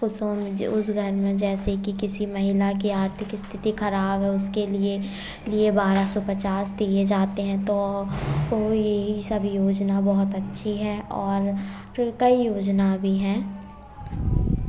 उस घर में जैसे कि किसी महिला की आर्थिक स्थिति खराब है उसके लिये लिये बारह सौ पचास दिये जाते हैं तो तो यही सब योजना बहुत अच्छी है और फिर कई योजना भी हैं